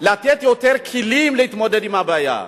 לתת יותר כלים להתמודד עם הבעיה.